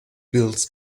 bills